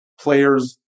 players